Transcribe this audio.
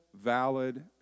valid